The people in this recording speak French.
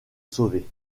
sauver